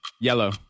yellow